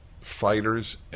fighters